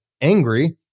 angry